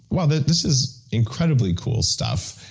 wow, this this is incredibly cool stuff,